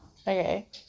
Okay